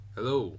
Hello